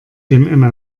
dem